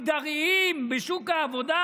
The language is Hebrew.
המגדריים בשוק העבודה,